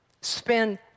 spend